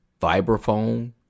vibraphone